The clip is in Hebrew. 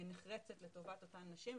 נחרצת לטובת אותן נשים,